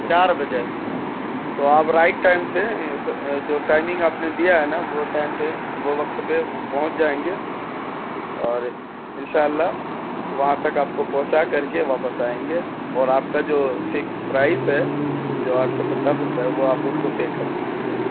چار بجے تو آپ رائٹ ٹائم سے جو ٹائمنگ آپ نے دیا ہے نا وہ ٹائم پہ وہ وقت پہ پہنچ جائیں گے اور انشاء اللہ وہاں تک آپ کو پہنچا کر کے واپس آئیں گے اور آپ کا جو فکس فرائس ہے جو آٹھ سو پچاس روپے ہے وہ آپ ان کو پے کر دیجیے گا